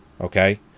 okay